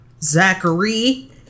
Zachary